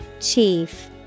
Chief